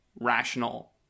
rational